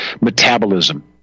metabolism